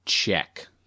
Check